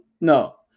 no